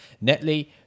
Netley